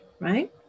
right